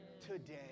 today